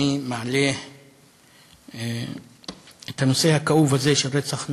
שאני מעלה את הנושא הכאוב הזה של רצח נשים.